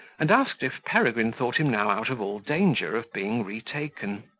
and asked if peregrine thought him now out of all danger of being retaken.